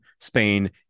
Spain